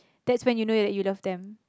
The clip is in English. that's when you know you love them